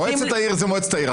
מועצת העיר זאת מועצת העיר,